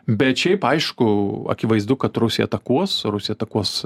bet šiaip aišku akivaizdu kad rusija atakuos rusija atakuos